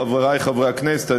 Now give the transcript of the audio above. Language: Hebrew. חברי חברי הכנסת,